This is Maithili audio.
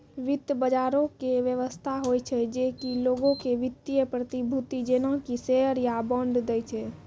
वित्त बजारो के व्यवस्था होय छै जे कि लोगो के वित्तीय प्रतिभूति जेना कि शेयर या बांड दै छै